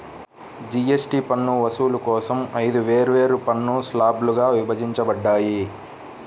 GST పన్ను వసూలు కోసం ఐదు వేర్వేరు పన్ను స్లాబ్లుగా విభజించబడ్డాయి